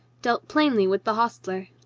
dealt plainly with the hostler.